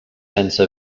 sense